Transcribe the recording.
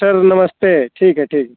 sir नमस्ते ठीक है ठीक है